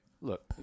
look